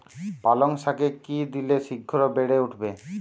পালং শাকে কি দিলে শিঘ্র বেড়ে উঠবে?